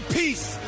peace